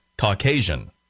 Caucasian